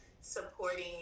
supporting